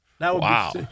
Wow